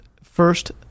first